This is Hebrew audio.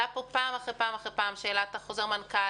עלתה פה פעם אחר פעם שאלת חוזר המנכ"ל,